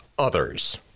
others